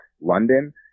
London